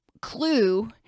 clue